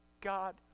God